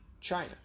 China